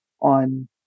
on